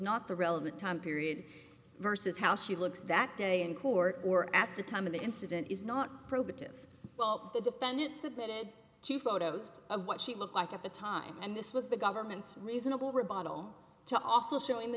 not the relevant time period versus how she looks that day in court or at the time of the incident is not probative well the defendant submitted two photos of what she looked like at the time and this was the government's reasonable ribeye oh to also show in the